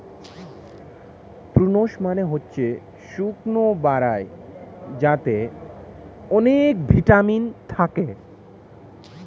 prunes মানে হচ্ছে শুকনো বরাই যাতে অনেক ভিটামিন থাকে